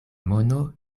mono